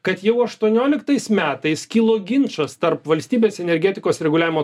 kad jau aštuonioliktais metais kilo ginčas tarp valstybės energetikos reguliavimo